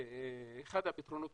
אחד הפתרונות